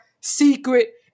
secret